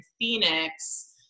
Phoenix